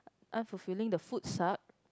unfulfilling the food suck